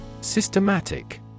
Systematic